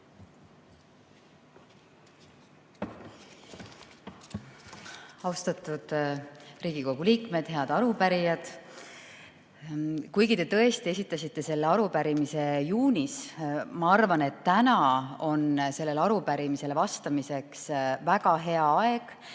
Austatud Riigikogu liikmed! Head arupärijad! Kuigi te tõesti esitasite selle arupärimise juunis, arvan ma, et täna on sellele vastamiseks väga hea aeg,